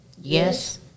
yes